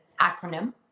acronym